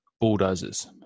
bulldozers